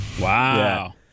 wow